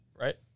right